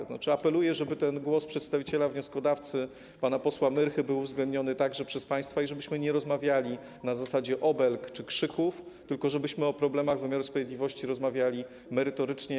To znaczy apeluję, żeby głos przedstawiciela wnioskodawów pana posła Myrchy był uwzględniony także przez państwa i żebyśmy nie rozmawiali na zasadzie obelg czy krzyków, tylko żebyśmy rozmawiali o problemach wymiaru sprawiedliwości merytorycznie.